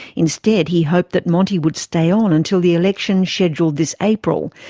instead he hoped that monti would stay on until the elections scheduled this april,